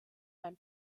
beim